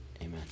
Amen